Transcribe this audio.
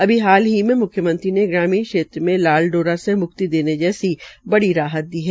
अभी हाल की मुख्यमंत्री ने ग्रामीण क्षेत्र में लाल डोरा से म्क्ति देने जैसी बड़ी राहत दी है